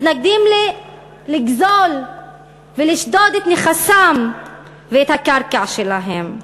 מתנגדים, לגזול ולשדוד את נכסיהם ואת הקרקע שלהם.